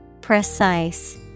Precise